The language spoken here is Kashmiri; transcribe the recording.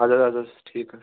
اَدٕ حظ اَدٕ حظ ٹھیٖک حظ چھُ